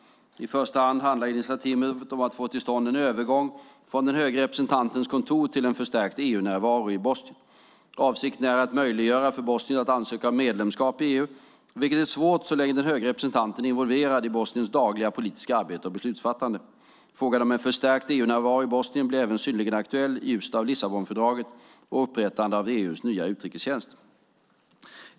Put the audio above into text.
I första hand handlar initiativet om att få till stånd en övergång från den höge representantens kontor till en förstärkt EU-närvaro i Bosnien. Avsikten är att möjliggöra för Bosnien att ansöka om medlemskap i EU, vilket är svårt så länge den höge representanten är involverad i Bosniens dagliga politiska arbete och beslutsfattande. Frågan om en förstärkt EU-närvaro i Bosnien blir även synnerligen aktuell i ljuset av Lissabonfördraget och upprättandet av EU:s nya utrikestjänst.